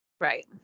Right